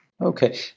Okay